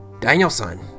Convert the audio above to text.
Danielson